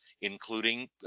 including